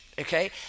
okay